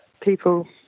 people